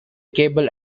cable